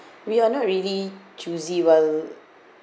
we are not really choosy well